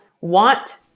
want